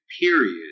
period